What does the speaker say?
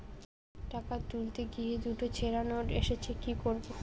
টাকা তুলতে গিয়ে দুটো ছেড়া নোট এসেছে কি করবো?